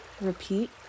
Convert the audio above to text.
Repeat